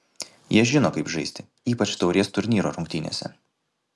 jie žino kaip žaisti ypač taurės turnyro rungtynėse